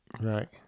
Right